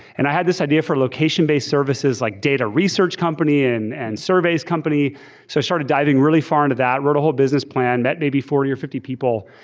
and i had this idea for location-based services like data research company and and surveys company. i so started diving really far into that, wrote a whole business plan, that maybe forty or fifty people,